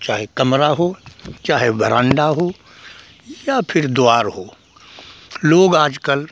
चाहे कमरा हो चाहे बरांडा हो या फ़िर द्वार हो लोग आजकल